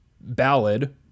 ballad